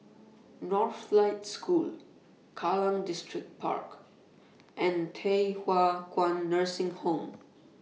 Northlight School Kallang Distripark and Thye Hua Kwan Nursing Home